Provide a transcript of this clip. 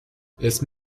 اسم